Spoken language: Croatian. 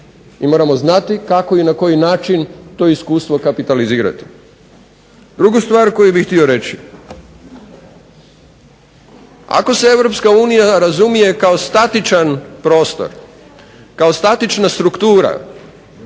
I moramo znati kako i na koji način to iskustvo kapitalizirati. Drugu stvar koju bih htio reći ako se Europska unija razumije kao statičan prostor, kao statična struktura